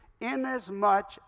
inasmuch